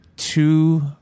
Two